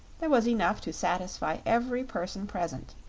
there was enough to satisfy every person present.